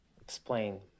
explain